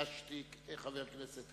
להשתיק חבר כנסת.